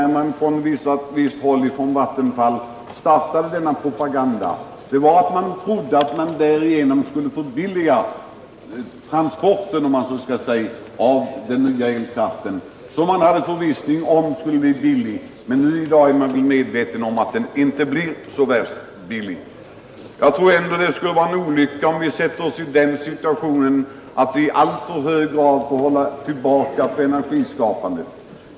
Jag vidhåller att när Vattenfall startade sin propaganda trodde man eltransporten av den nya elkraften därigenom skulle förbilligas. Man var förvissad om att den skulle bli billig, men nu börjar man bli medveten om att den inte blir så värst billig. Jag tror att det skulle vara en olycka om vi sätter oss i den situationen att vi i alltför hög grad får hålla energiskapandet tillbaka.